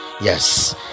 yes